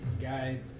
guy